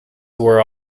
were